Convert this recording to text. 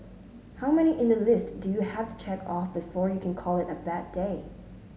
how many in the list do you have to check off before you can call it a bad day